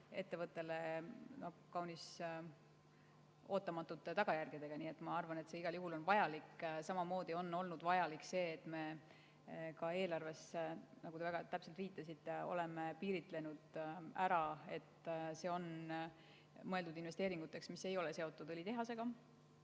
ettevõttele kaunis ootamatute tagajärgedega. Nii et ma arvan, et see on igal juhul vajalik. Samamoodi on olnud vajalik see, et me ka eelarves, nagu te väga täpselt viitasite, oleme piiritlenud, et see raha on mõeldud investeeringuteks, mis ei ole seotud õlitehasega.